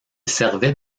servait